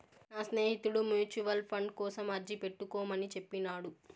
నా స్నేహితుడు mutual fund కోసం అర్జీ పెట్టుకోమని చెప్పినాడు